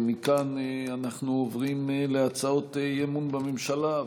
מכאן אנחנו עוברים להצעות אי-אמון בממשלה.